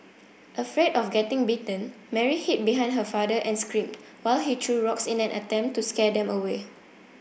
afraid of getting bitten Mary hid behind her father and screamed while he threw rocks in an attempt to scare them away